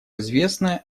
известно